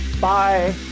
bye